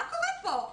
מה קורה פה?